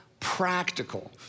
practical